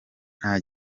nta